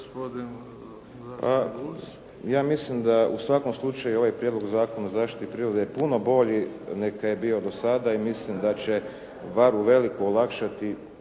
Ja mislim da u svakom slučaju ovaj prijedlog Zakona o zaštiti prirode je puno bolji nego kaj je bio do sada i mislim da se bar u veliko olakšati,